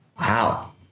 Wow